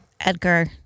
Edgar